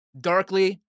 Darkly